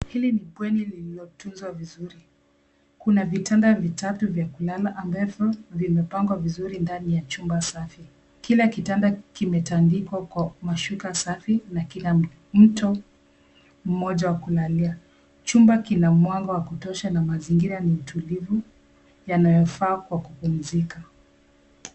Hili ni bweni lililotunzwa vizuri, kuna vitanda vitatu vya kulala ambavyo vimepangwa vizuri ndani ya chumba safi, kila kitanda kimetandikwa kwa mashuka safi na kila mto mmoja wa kulalia , chumba kina mwanga wa kutosha na mazingira ni tulivu yanayofaa kwa kupumzika .